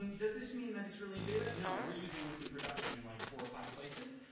does this mean that it's really in beta? no, we're using this in production in like four or five places.